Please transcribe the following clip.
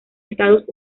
estados